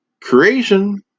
creation